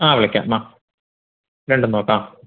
ആ വിളിക്കാം ആ രണ്ടും നോക്കാം